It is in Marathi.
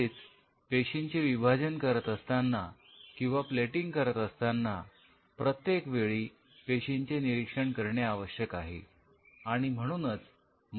तसेच पेशींचे विभाजन करत असताना किंवा प्लेटिंग करत असताना प्रत्येक वेळी पेशींचे निरीक्षण करणे आवश्यक आहे